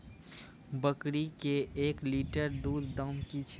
बकरी के एक लिटर दूध दाम कि छ?